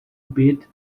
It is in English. bit